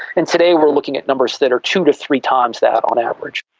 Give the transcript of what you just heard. and today we are looking at numbers that are two to three times that on average.